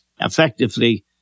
effectively